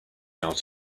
out